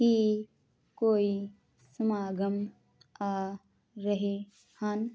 ਕੀ ਕੋਈ ਸਮਾਗਮ ਆ ਰਹੇ ਹਨ